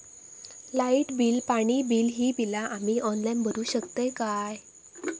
Light bill, पाणी bill, ही बिला आम्ही ऑनलाइन भरू शकतय का?